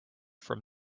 from